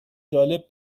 جالب